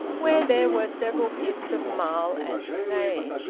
where there were several pits of marl and clay.